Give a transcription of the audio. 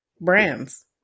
brands